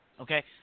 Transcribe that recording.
Okay